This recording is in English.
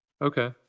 okay